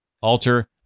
Alter